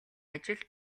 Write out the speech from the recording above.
ажил